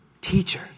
Teacher